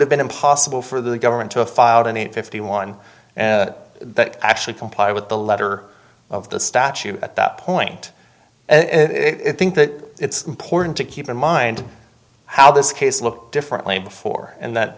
have been impossible for the government to a filed an eight fifty one that actually comply with the letter of the statute at that point it think that it's important to keep in mind how this case look differently before and that